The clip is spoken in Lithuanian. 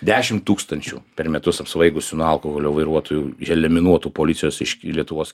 dešim tūkstančių per metus apsvaigusių nuo alkoholio vairuotojų išeliminuotų policijos iš lietuvos